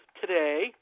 today